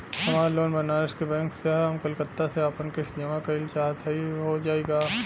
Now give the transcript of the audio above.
हमार लोन बनारस के बैंक से ह हम कलकत्ता से आपन किस्त जमा कइल चाहत हई हो जाई का?